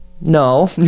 no